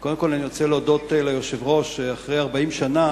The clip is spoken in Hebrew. וקודם כול אני רוצה להודות ליושב-ראש שאחרי 40 שנה